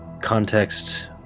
context